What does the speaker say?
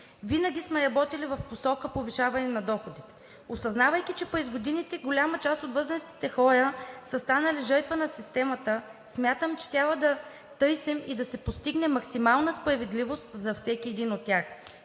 винаги сме работили в посока на повишаване на доходите. Осъзнавайки, че през годините голяма част от възрастните хора са станали жертва на системата, смятам, че трябва да търсим и да постигнем максимална справедливост за всеки един от тях.